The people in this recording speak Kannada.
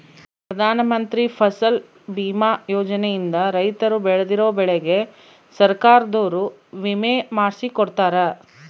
ಪ್ರಧಾನ ಮಂತ್ರಿ ಫಸಲ್ ಬಿಮಾ ಯೋಜನೆ ಇಂದ ರೈತರು ಬೆಳ್ದಿರೋ ಬೆಳೆಗೆ ಸರ್ಕಾರದೊರು ವಿಮೆ ಮಾಡ್ಸಿ ಕೊಡ್ತಾರ